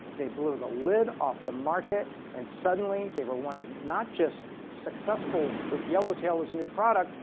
they blew the lid off the market and suddenly, they were one of not just successful with yellow tail's new product,